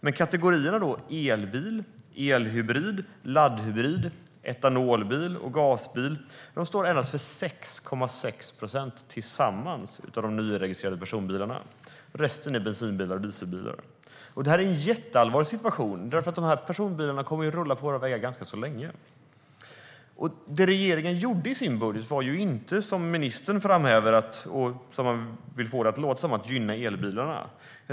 Men kategorierna elbil, elhybrid, laddhybrid, etanolbil och gasbil står för endast 6,6 procent tillsammans av de nyregistrerade personbilarna. Resten är bensinbilar och dieselbilar. Det är en väldigt allvarlig situation, för de personbilarna kommer att rulla på våra vägar ganska länge. Det regeringen gjorde i sin budget var inte, som ministern framhäver och vill få det att låta som, att gynna elbilarna.